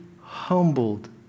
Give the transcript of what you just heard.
humbled